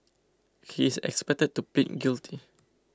he is expected to plead guilty